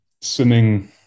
swimming